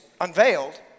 unveiled